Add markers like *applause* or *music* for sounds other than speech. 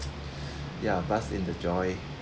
*noise* ya busk in the joy